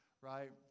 right